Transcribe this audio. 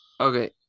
Okay